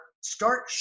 start